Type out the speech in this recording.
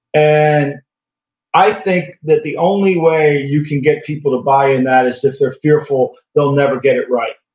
and i think that the only way you can get people to buy in that is if they're fearful they'll never get it right.